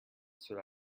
should